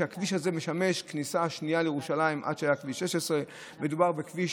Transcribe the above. ששימש הכניסה השנייה לירושלים עד שהיה כביש 16. מדובר בכביש,